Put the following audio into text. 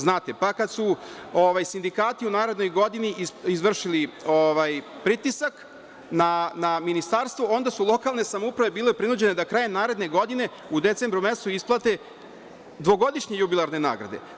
Znate, pa kada su sindikati u narednoj godini izvršili pritisak na Ministarstvo, onda su lokalne samouprave bile prinuđene da krajem naredne godine u decembru mesecu isplate dvogodišnje jubilarne nagrade.